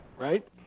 Right